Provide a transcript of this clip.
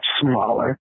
smaller